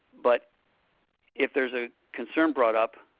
but if there is a concern brought up,